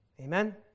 Amen